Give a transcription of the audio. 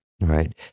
Right